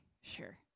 Sure